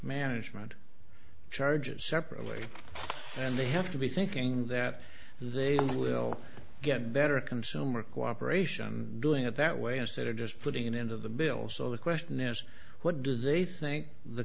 management charges separately and they have to be thinking that they will get better consumer cooperation doing it that way instead of just putting an end of the bill so the question is what do they think the